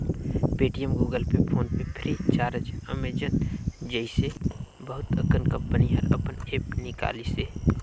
Paytm, Google Pay, PhonePe Freecharge, Amazon जइसे बहुत अकन कंपनी हर अपन ऐप्स निकालिसे